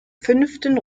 fünften